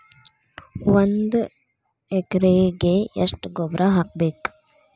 ಒಂದ್ ಎಕರೆಗೆ ಎಷ್ಟ ಗೊಬ್ಬರ ಹಾಕ್ಬೇಕ್?